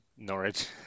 Norwich